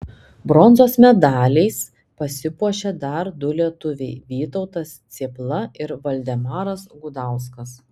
bronzos medaliais pasipuošė dar du lietuviai vytautas cėpla ir valdemaras gudauskas